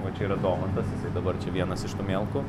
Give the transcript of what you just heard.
va čia yra domantas jisai dabar čia vienas iš pamielkų